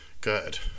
Good